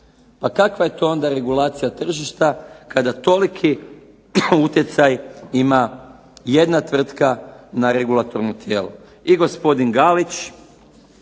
Pa kakva je to onda regulacija tržišta kada toliki utjecaj ima jedna tvrtka na regulatorno tijelo? I gospodin Galić